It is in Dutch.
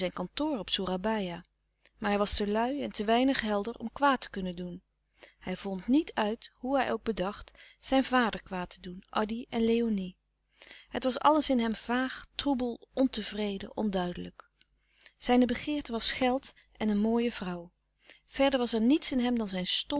kantoor op soerabaia maar hij was te lui en te weinig helder om kwaad te kunnen doen hij vond niet uit hoe hij ook bedacht zijn vader kwaad te doen addy en léonie het was alles in hem vaag troebel louis couperus de stille kracht ontevreden onduidelijk zijne begeerte was geld en een mooie vrouw verder was er niets in hem dan zijn